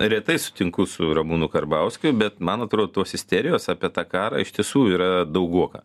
retai sutinku su ramūnu karbauskiu bet man atrodo tos isterijos apie tą karą iš tiesų yra daugoka